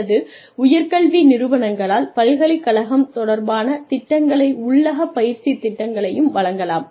அல்லது உயர்கல்வி நிறுவனங்களால் பல்கலைக்கழகம் தொடர்பான திட்டங்களை உள்ளக பயிற்சி திட்டங்களையும் வழங்கலாம்